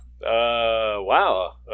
wow